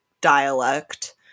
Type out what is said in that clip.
dialect